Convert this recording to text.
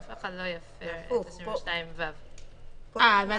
אף אחד לא יפר את 22ו. הבנתי.